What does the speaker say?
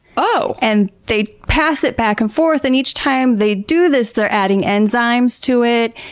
oh! and they pass it back and forth and each time they do this they're adding enzymes to it.